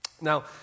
Now